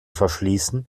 verschließen